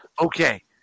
okay